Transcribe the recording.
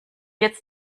jetzt